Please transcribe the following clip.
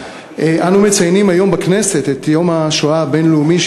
אנו מציינים היום בכנסת את יום השואה הבין-לאומי,